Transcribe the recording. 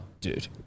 Dude